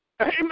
Amen